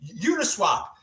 Uniswap